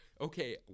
Okay